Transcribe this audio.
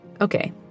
Okay